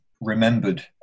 remembered